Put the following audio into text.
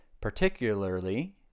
particularly